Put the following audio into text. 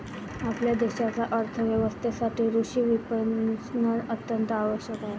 आपल्या देशाच्या अर्थ व्यवस्थेसाठी कृषी विपणन अत्यंत आवश्यक आहे